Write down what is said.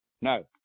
no